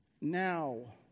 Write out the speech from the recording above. now